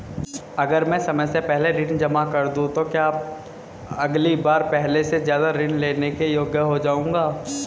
अगर मैं समय से पहले ऋण जमा कर दूं तो क्या मैं अगली बार पहले से ज़्यादा ऋण लेने के योग्य हो जाऊँगा?